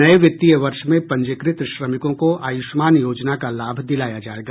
नये वित्तीय वर्ष में पंजीकृत श्रमिकों को आयुष्मान योजना का लाभ दिलाया जायेगा